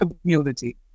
community